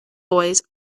boys